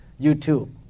YouTube